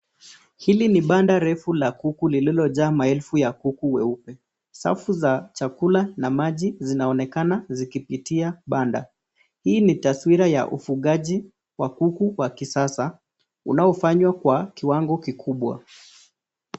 Hili ni banda refu la kuku lililojaa maelfu ya kuku weupe, safu za chakula na maji zinaonekana zikipitia banda. Hii ni taswira ya ufugaji wa kuku wa kisasa unaofanywa kwa kiwango kikubwa.